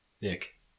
Nick